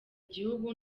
igihugu